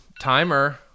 timer